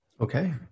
Okay